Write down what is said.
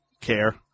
care